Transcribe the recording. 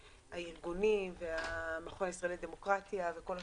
הארגונים והמכון הישראלי לדמוקרטיה וכל השותפים.